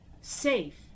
safe